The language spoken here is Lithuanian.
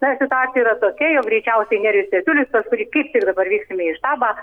na situacija yra tokia jog greičiausiai nerijus jaciulis tas kurį kaip tik ir dabar vyksime į štabą